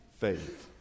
faith